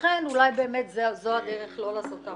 ואולי זאת הדרך לא לעשות את